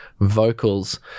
vocals